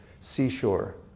seashore